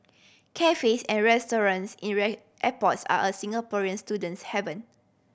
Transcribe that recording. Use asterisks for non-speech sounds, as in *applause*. cafes and restaurants in *unintelligible* airports are a Singaporean student's haven